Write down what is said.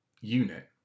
unit